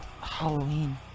Halloween